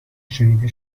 شنیده